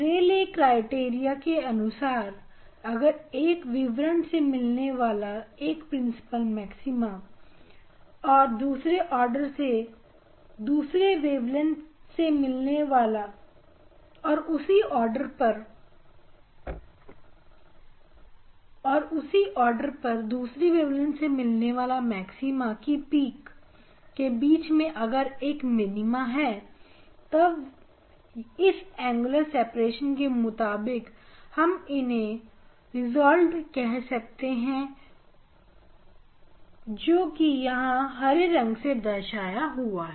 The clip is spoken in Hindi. रे ले क्राइटेरिया के अनुसार अगर एक विवरण से मिलने वाला एक प्रिंसिपल मैक्सिमा और उसी आर्डर में दूसरी वेवलेंथ से मिलने वाला मैक्सिमा की पिक के बीच में एक मिनीमा है तब इस एंगुलर सेपरेशन के मुताबिक हम इन्हें रिसोल्स कर सकते हैं जो कि यहां हरे रंग से दर्शाया हुआ है